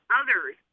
others